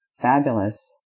fabulous